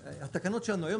והתקנות שלנו היום,